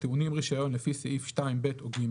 הטעונים רישיון לפי סעיף 2(ב) או (ג)